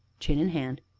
chin in hand,